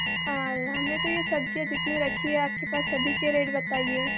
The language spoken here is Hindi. हमें तो ये सब्ज़ियाँ जितनी रखी हैं आप के पास सभी के रेट बताइए